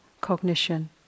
cognition